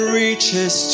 reaches